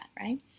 right